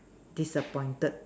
disappointed